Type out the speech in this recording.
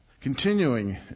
Continuing